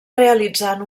realitzant